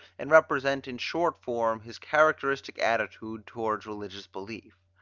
and represent in short form his characteristic attitude toward religious belief.